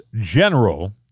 general